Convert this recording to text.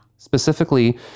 Specifically